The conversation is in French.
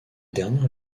dernières